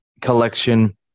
collection